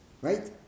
right